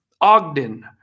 Ogden